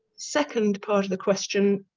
second part of the question